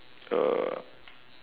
uh